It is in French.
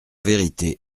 vérité